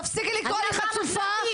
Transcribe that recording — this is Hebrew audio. תפסיקי לקרוא לי חצופה,